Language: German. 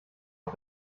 auf